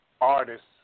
artists